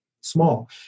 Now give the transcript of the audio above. small